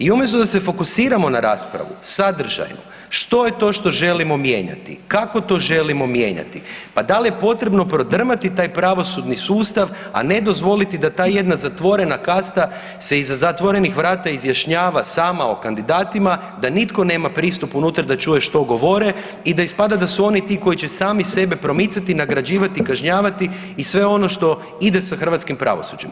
I umjesto da se fokusiramo na raspravu, sadržaj, što je to što želimo mijenjati, kako to želimo mijenjati, pa da li je potrebno prodrmati taj pravosudni sustav, a ne dozvoliti da ta jedna zatvorena kasta se iza zatvorenih vrata izjašnjava sama o kandidatima da nitko nema pristup unutra da čuje što govore i da ispada da su oni ti koji će sami sebe promicati, nagrađivati, kažnjavati i sve ono što ide sa hrvatskim pravosuđem.